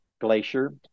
Glacier